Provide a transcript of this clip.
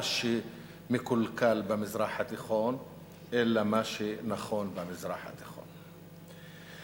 שמקולקל במזרח התיכון אלא מה שנכון במזרח התיכון".